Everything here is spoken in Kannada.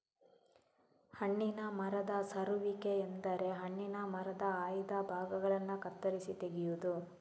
ಹಣ್ಣಿನ ಮರದ ಸರುವಿಕೆ ಎಂದರೆ ಹಣ್ಣಿನ ಮರದ ಆಯ್ದ ಭಾಗಗಳನ್ನ ಕತ್ತರಿಸಿ ತೆಗೆಯುದು